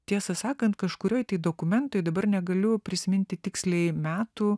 tiesą sakant kažkurioj tai dokumentai dabar negaliu prisiminti tiksliai metų